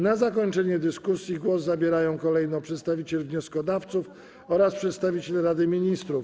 Na zakończenie dyskusji głos zabierają kolejno przedstawiciel wnioskodawców oraz przedstawiciel Rady Ministrów.